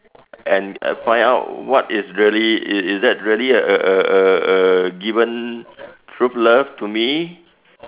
and uh find out what is really is that really a a a a given true love to me